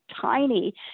tiny